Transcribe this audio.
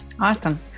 awesome